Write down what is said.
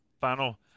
final